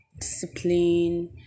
discipline